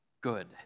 good